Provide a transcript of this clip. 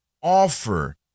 offer